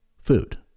food